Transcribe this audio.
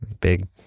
big